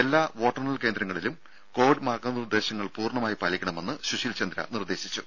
എല്ലാ വോട്ടെണ്ണൽ കേന്ദ്രങ്ങളിൽ കോവിഡ് മാർഗനിർദ്ദേശങ്ങൾ പൂർണമായി പാലിക്കണമെന്ന് സുശ്ിൽ ചന്ദ്ര നിർദ്ദേശിച്ചു